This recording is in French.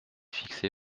fixé